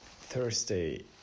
Thursday